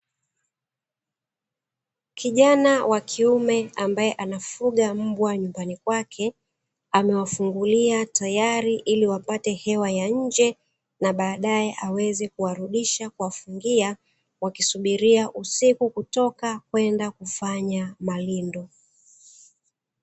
Kijana wa kiume ambae anafuga mbwa nyumbani kwake, amewafungulia tayari ili wapate hewa ya nje, na baadaye aweze kuwarudisha kuwafungia wakisubiria usiku kutoka kwenda kufanya malindo.